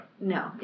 No